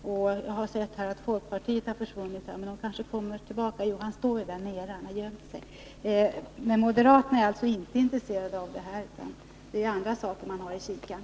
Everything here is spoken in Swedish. Jag har sett att folkpartisterna har försvunnit, men de kommer kanske tillbaka. Ja, Gabriel Romanus står ju där nere — han har gömt sig. Moderaterna är alltså inte intresserade av det här. Det är andra saker som de har i kikaren.